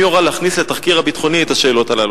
מי הורה להכניס לתחקיר הביטחוני את השאלות הללו?